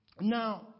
Now